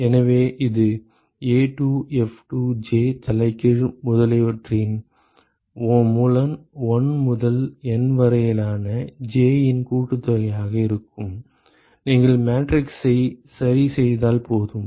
எனவே இது A2F2j தலைகீழ் முதலியவற்றின் மூலம் 1 முதல் N 1 வரையிலான j இன் கூட்டுத்தொகை ஆக இருக்கும் நீங்கள் மேட்ரிக்ஸை சரி செய்தால் போதும்